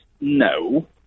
no